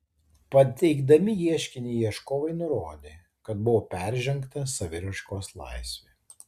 pateikdami ieškinį ieškovai nurodė kad buvo peržengta saviraiškos laisvė